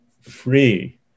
free